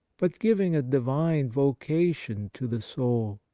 but giving a divine voca tion to the soul.